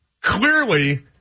Clearly